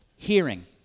Hearing